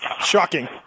Shocking